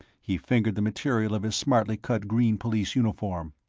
he fingered the material of his smartly-cut green police uniform.